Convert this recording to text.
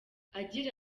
agira